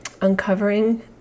uncovering